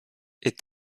est